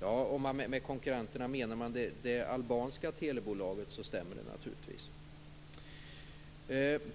Ja, om man med konkurrenter menar det albanska telebolaget så stämmer det naturligtvis.